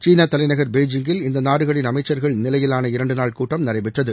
சீனத் தலைநகர் பெய்ஜிங்கில் இந்த நாடுகளின் அமைச்சர்கள் நிலையிலான இரண்டு நாள் கூட்டம் நடைபெற்றது